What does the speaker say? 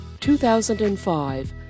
2005